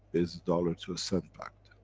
is dollar to a cent backed.